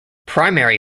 primary